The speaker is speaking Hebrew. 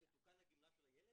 תתוקן הגמלה של הילד?